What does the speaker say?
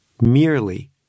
merely